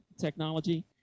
technology